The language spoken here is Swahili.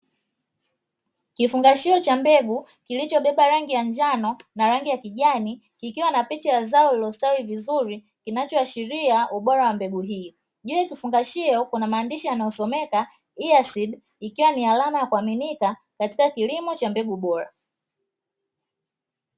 Kifungashio cha mbegu kilichobeba rangi ya njano na rangi ya kijani kikiwa na picha zao lililostawi vizuri kinachoashiria ubora wa mbegu hii, juu ya kifungashio kuna maandishi yanayosomeka "ia seed", ikiwa ni alama ya kuaminika katika kilimo cha mbegu bora.